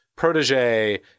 protege